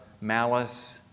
malice